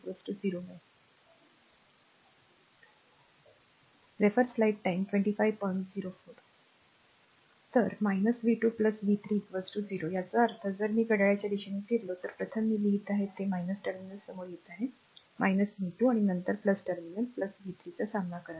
तर v 2 v 3 0 याचा अर्थ जर मी घड्याळाच्या दिशेने फिरलो तर प्रथम मी लिहित आहे ते टर्मिनल समोर येत आहे v 2 आणि नंतर टर्मिनल v 3 चा सामना करत आहे